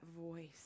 voice